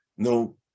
No